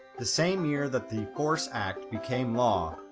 the same year that the force act became law,